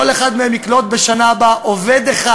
כל אחד מהם יקלוט בשנה הבאה עובד אחד.